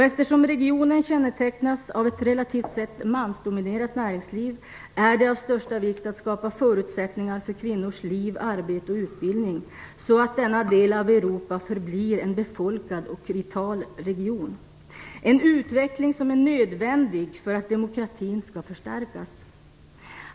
Eftersom regionen kännetecknas av ett relativt sett mansdominerat näringsliv är det av största vikt att skapa förutsättningar för kvinnors liv, arbete och utbildning, så att denna del av Europa förblir en befolkad och vital region. Det är en utveckling som är nödvändig för att demokratin skall förstärkas.